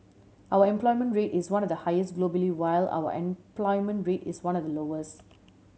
our employment rate is one of the highest globally while our unemployment rate is one of the lowest